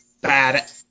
bad